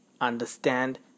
understand